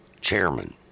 chairman